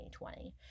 2020